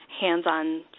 hands-on